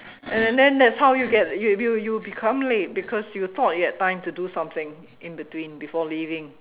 and then then that's how you you you become late because you thought you had time to do something in between before leaving